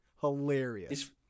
hilarious